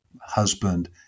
husband